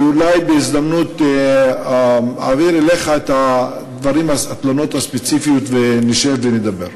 ואולי בהזדמנות אעביר אליך את התלונות הספציפיות ונשב ונדבר.